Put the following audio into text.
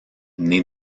née